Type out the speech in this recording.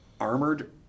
armored